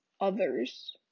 others